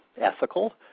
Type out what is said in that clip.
ethical